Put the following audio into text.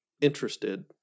interested